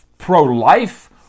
pro-life